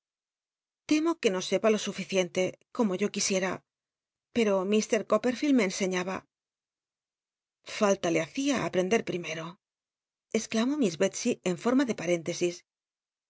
temo que no sepa lo suficiente como yo c ui icaa pero ir cop lel'licld me enseiíabn f tlla le hacia aprcnd t primeao exdamó mi s jl b y en forma de paa énte